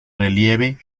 relieve